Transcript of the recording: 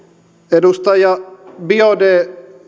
edustaja biaudet